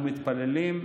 אנחנו מתפללים,